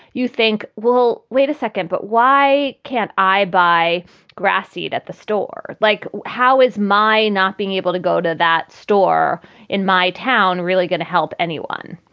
you think, well, wait a second. but why can't i buy grassi at the store? like, how is my not being able to go to that store in my town really to help anyone?